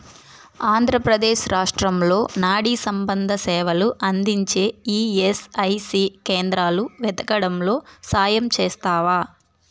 ఆంధ్రప్రదేశ్ రాష్ట్రంలో నాడీసంబంధ సేవలు అందించే ఈఎస్ఐసి కేంద్రాలు వెతుకడంలో సాయం చేస్తావా